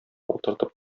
утыртып